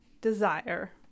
desire